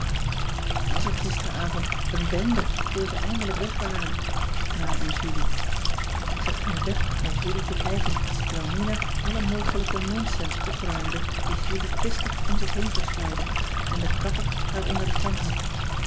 wat was het gisterenavond een bende voor ze eindelijk wegwaren ma en julie ik zat op mijn bed naar julie te kijken terwijl mina alle mogelijke nonsens opruimde die julie kwistig om zich heen verspreidde en de kapper haar onder de tang had